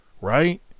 right